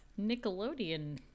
Nickelodeon